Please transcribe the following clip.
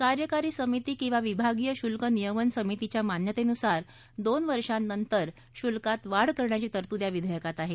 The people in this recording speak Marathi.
कार्यकारी समिती किंवा विभागीय शुल्क नियमन समितीच्या मान्यतेनुसार दोन वर्षानंतर शुल्कात वाढ करण्याची तरतूद या विधेयकात आहे